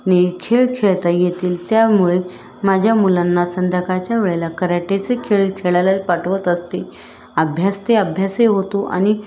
ने खेळ खेळता येतील त्यामुळे माझ्या मुलांना संध्याकाळच्या वेळेला कराटेचे खेळ खेळायला पाठवत असते अभ्यास ते अभ्यासही होतो आणि